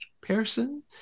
person